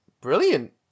Brilliant